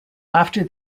after